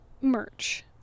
merch